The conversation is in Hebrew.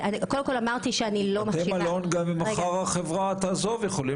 אמרתי שאני לא כוללת --- בתי המלון יתקיימו גם אם החברה תעזוב מחר.